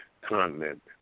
continent